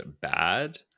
bad